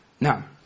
Now